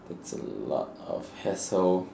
that's a lot of hassle